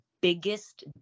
biggest